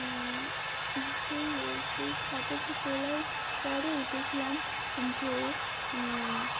সেই সেই ফটোটা তোলার পরেই দেখলাম যে